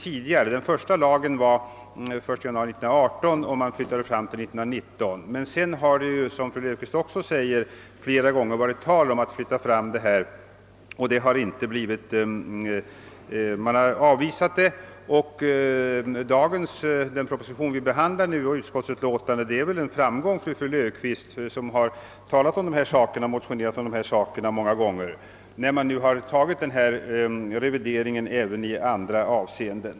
I den första lagen gällde motsvarande tidpunkt från och med den 1 januari 1918, men denna flyttades fram till den 1 januari 1919. Vidare har det, såsom fru Löfqvist också påpekar, flera gånger varit tal om att flytta fram denna tidpunkt, vilket dock har avvisats. Den proposition och det utskottsutlåtande vi i dag behandlar torde innebära en framgång för fru Löfqvist, som många gånger har talat och motionerat i dessa frågor.